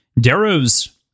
Darrow's